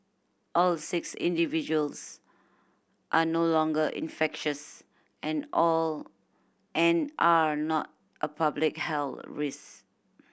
all six individuals are no longer infectious and all and are not a public health risk